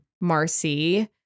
Marcy